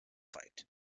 fight